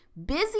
Busy